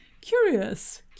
curious